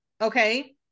Okay